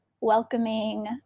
welcoming